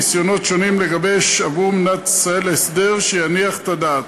ניסיונות שונים לגבש עבור מדינת ישראל הסדר שיניח את הדעת.